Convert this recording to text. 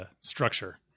structure